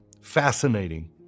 fascinating